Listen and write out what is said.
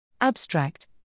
Abstract